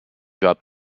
drop